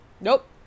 Nope